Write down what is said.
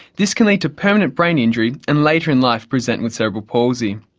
this can lead to permanent brain injury and later in life present with cerebral palsy.